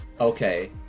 okay